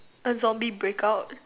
a zombie breakout